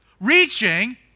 reaching